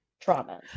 trauma